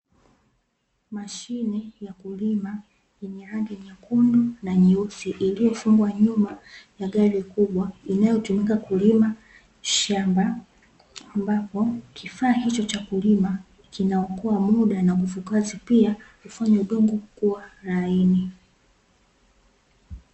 Mashine ya kulima yenye rangi nyekundu na nyeusi, iliyofungwa nyuma ya gari kubwa yanayotumika kulima shamba, ambapo kifaa hicho cha kulima kinaokoa muda na nguvu kazi, pia kufanya udongo kuwa laini.